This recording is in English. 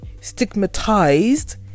stigmatized